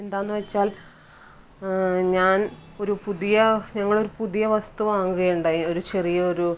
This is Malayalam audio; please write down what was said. എന്താണെന്ന് വെച്ചാൽ ഞാൻ ഒരു പുതിയ ഞങ്ങളൊരു പുതിയ വസ്തു വാങ്ങുകയുണ്ടായി ഒരു ചെറിയ ഒരു